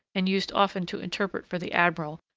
and used often to interpret for the admiral,